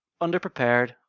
underprepared